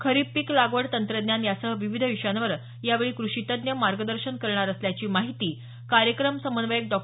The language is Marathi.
खरीप पीक लागवड तंत्रज्ञान यासह विविध विषयांवर यावेळी कृषितज्ञ मार्गदर्शन करणार असल्याची माहिती कार्यक्रम समन्वयक डॉ